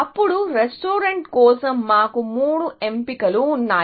అప్పుడు రెస్టారెంట్ కోసం మాకు మూడు ఎంపికలు ఉన్నాయి